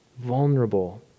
vulnerable